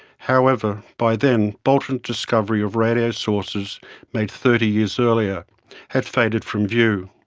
however, by then bolton's discovery of radio sources made thirty years earlier had faded from view.